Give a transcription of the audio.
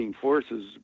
forces